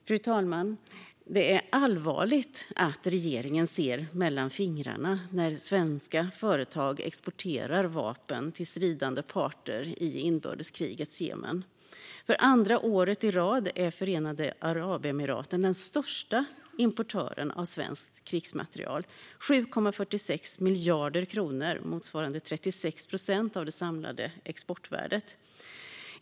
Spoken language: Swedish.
Fru talman! Det är allvarligt att regeringen ser mellan fingrarna när svenska företag exporterar vapen till stridande parter i inbördeskrigets Jemen. För andra året i rad är Förenade Arabemiraten den största importören av svensk krigsmateriel: 7,46 miljarder kronor, motsvarande 36 procent av det samlade exportvärdet.